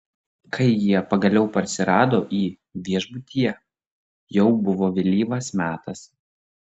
kai jie pagaliau parsirado į viešbutyje jau buvo vėlyvas metas